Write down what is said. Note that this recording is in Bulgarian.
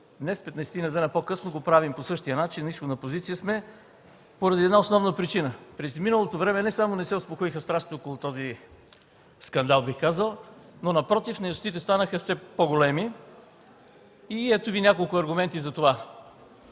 дни по-късно, го правим по същия начин – на изходна позиция сме поради една основна причина. През изминалото време не само не се успокоиха страстите около този скандал, бих казал, напротив, неяснотите станаха все по-големи. Ето Ви няколко аргумента за това.